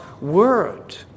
word